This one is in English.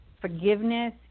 forgiveness